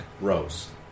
Rose